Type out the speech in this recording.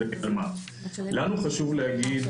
לנו חשוב להגיד,